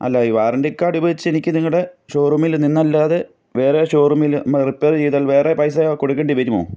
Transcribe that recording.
അല്ല ഈ വാറൻറ്റി കാർഡുപയോഗിച്ചെനിക്ക് നിങ്ങളുടെ ഷോ റൂമിൽ നിന്നല്ലാതെ വേറെ ഷോ റൂമിൽ നമ്മൾ റിപ്പയർ ചെയ്താൽ വേറെ പൈസയോ കൊടുക്കേണ്ടി വരുമോ